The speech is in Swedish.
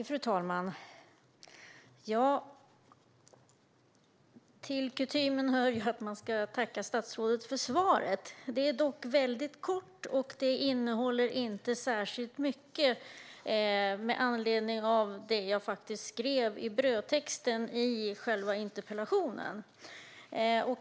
Fru talman! Till kutymen hör att man ska tacka statsrådet för svaret. Det är dock kort, och det innehåller inte särskilt mycket med anledning av det jag faktiskt skrev i brödtexten i interpellationen.